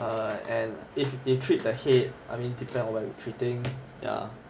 err and if they treat the head I mean depends on where you're treating yeah